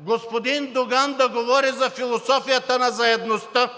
господин Доган да говори за философията на заедността,